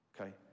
Okay